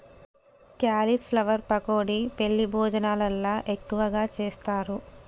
cauliflower pakodi పెండ్లి భోజనాలల్ల ఎక్కువగా చేస్తారు